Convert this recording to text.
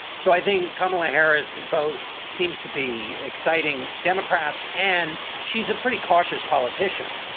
so i think kamala harris both seems to be exciting democrats. and she's a pretty cautious politician.